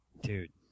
Dude